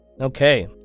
Okay